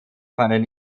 fanden